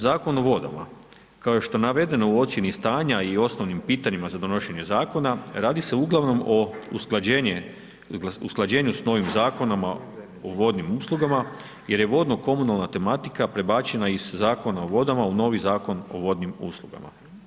Zakon o vodama, kao što je navedeno u ocjeni stanja i u osnovnim pitanjima za donošenje zakona, radi se uglavnom o usklađenju s novim zakonima u vodnim uslugama, jer je vodno komunalna tematika, prebačena iz Zakona o vodama, u novi Zakon o vodnim uslugama.